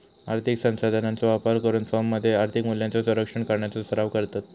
आर्थिक साधनांचो वापर करून फर्ममध्ये आर्थिक मूल्यांचो संरक्षण करण्याचो सराव करतत